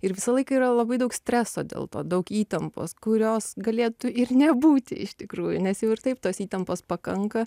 ir visą laiką yra labai daug streso dėl to daug įtampos kurios galėtų ir nebūti iš tikrųjų nes jau ir taip tos įtampos pakanka